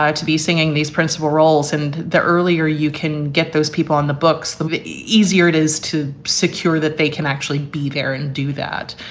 ah to be singing these principal roles. and the earlier you can get those people on the books, the easier it is to secure that they can actually be there and do that.